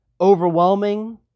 overwhelming